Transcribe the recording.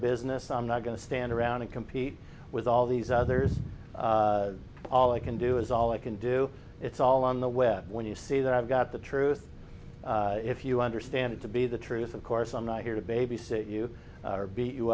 business i'm not going to stand around and compete with all these others all i can do is all i can do it's all on the web when you see that i've got the truth if you understand it to be the truth of course i'm not here to babysit you or beat you